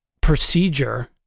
procedure